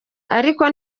ariko